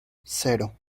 cero